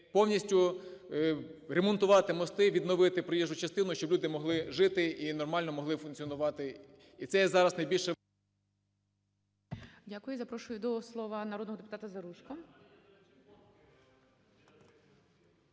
повністю ремонтувати мости і відновити проїжджу частину, щоб люди могли жити і нормально могли функціонувати. І це є зараз найбільша…